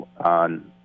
on